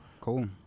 cool